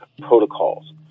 protocols